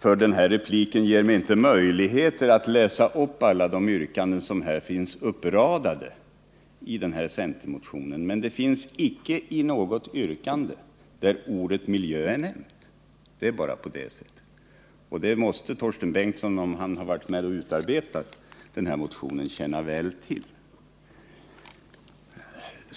för replik ger mig inte möjlighet att läsa upp alla de yrkanden som finns uppradade i den här centermotionen. Men inte i något av dessa yrkanden är ordet miljö nämnt — det är bara på det sättet, och det måste Torsten Bengtson, som varit med och utarbetat den här motionen, känna väl till.